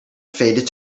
faded